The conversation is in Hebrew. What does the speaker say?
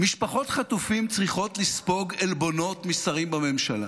משפחות חטופים צריכות לספוג עלבונות משרים בממשלה?